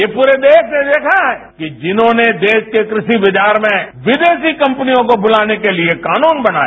ये पूरे देश ने देखा है कि जिन्होंने देश के कृ षि बाजार में विदेशी कम्पनियों को बुलाने के लिए कानून बनाया